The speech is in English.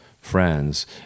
friends